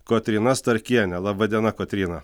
kotryna starkienė laba diena kotryna